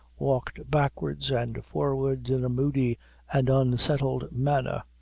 walked backwards and forwards, in a moody and unsettled manner.